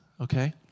okay